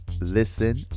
listen